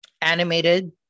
animated